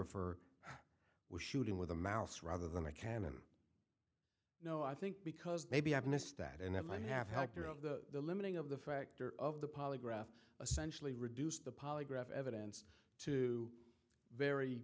for was shooting with a mouse rather than a cannon no i think because maybe i've missed that and it might have had to have the limiting of the factor of the polygraph essentially reduced the polygraph evidence to very